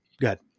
good